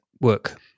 work